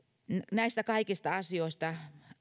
näistä kaikista asioista